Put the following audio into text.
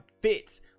fits